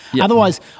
Otherwise